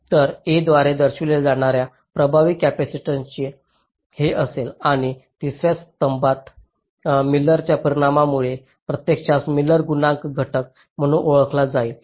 तर A द्वारे दर्शविल्या जाणार्या प्रभावी कॅपेसिटन्स हे असेल आणि तिसर्या स्तंभात मिलरच्या परिणामामुळे प्रत्यक्षात मिलर गुणांक घटक म्हणून ओळखला जाईल